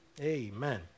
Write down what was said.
Amen